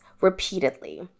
repeatedly